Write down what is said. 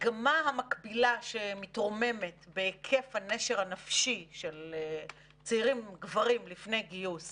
המגמה המקבילה שמתרוממת בהיקף הנשר הנפשי של צעירים גברים לפני גיוס